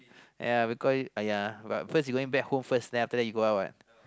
ya because uh ya cause you going home first then after that you going out what